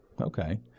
okay